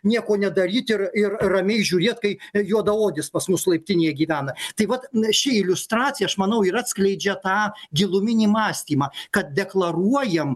nieko nedaryti ir ir ramiai žiūrėt kai juodaodis pas mus laiptinėje gyvena tai vat na ši iliustracija išmanau ir atskleidžia tą giluminį mąstymą kad deklaruojam